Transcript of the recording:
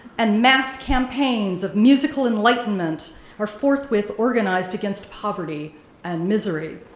and mass campaigns of musical enlightenment are forthwith organized against poverty and misery.